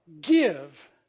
give